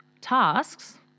tasks